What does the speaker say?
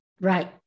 Right